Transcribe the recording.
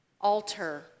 alter